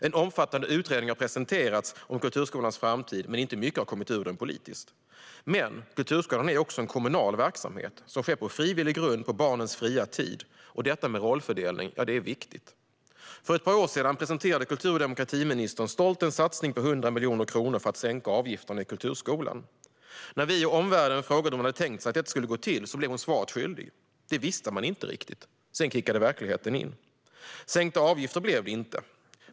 En omfattande utredning har presenterats om kulturskolans framtid, men inte mycket har kommit ur den politiskt. Men kulturskolan är också en kommunal verksamhet, som sker på frivillig grund på barnens fria tid, och frågan om rollfördelning är viktig. För ett par år sedan presenterade kultur och demokratiministern stolt en satsning på 100 miljoner kronor för att sänka avgifterna i kulturskolan. När vi och omvärlden frågade hur hon hade tänkt sig att detta skulle gå till blev hon svaret skyldig. Det visste man inte riktigt. Sedan kickade verkligheten in. Sänkta avgifter blev det inte.